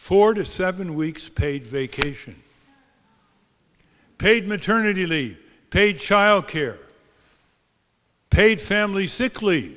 four to seven weeks paid vacation paid maternity leave paid child care paid family sick